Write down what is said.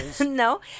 No